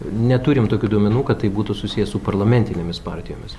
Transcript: neturim tokių duomenų kad tai būtų susiję su parlamentinėmis partijomis